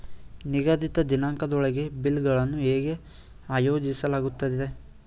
ನಿಗದಿತ ದಿನಾಂಕದೊಳಗೆ ಬಿಲ್ ಗಳನ್ನು ಹೇಗೆ ಆಯೋಜಿಸಲಾಗುತ್ತದೆ?